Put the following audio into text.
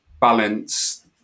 balance